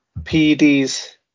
PEDs